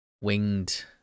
winged